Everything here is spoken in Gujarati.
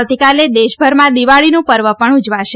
આવતીકાલે દેશભરમાં દિવાળીનું પર્વ પણ ઉજવાશે